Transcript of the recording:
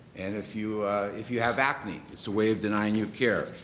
and if you if you have acne, it's a way of denying you care.